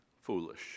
foolish